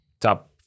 top